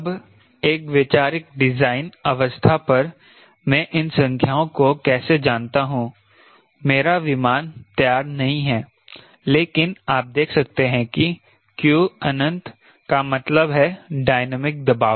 अब एक वैचारिक डिजाइन अवस्था पर मैं इन संख्याओं को कैसे जानता हूं मेरा विमान तैयार नहीं है लेकिन आप देख सकते हैं कि q अनंत का मतलब है डायनामिक दबाव